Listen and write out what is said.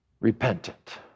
repentant